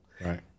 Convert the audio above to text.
Right